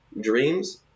dreams